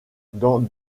dans